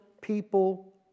people